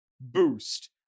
boost